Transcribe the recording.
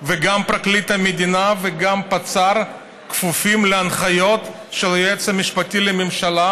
וגם פרקליט המדינה וגם הפצ"ר כפופים להנחיות של היועץ המשפטי לממשלה,